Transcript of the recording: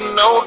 no